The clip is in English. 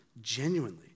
genuinely